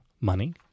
money